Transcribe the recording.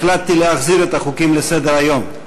החלטתי להחזיר את החוקים לסדר-היום,